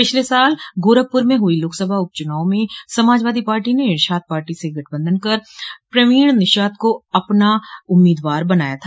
पिछले साल गोरखपुर में हुए लोकसभा उप चुनाव में समाजवादी पार्टी ने निषाद पार्टी से गठबंधन कर प्रवीण निषाद को अपना उम्मीदवार बनाया था